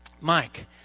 Mike